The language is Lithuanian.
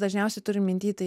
dažniausiai turim minty tai